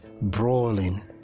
brawling